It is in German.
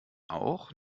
auch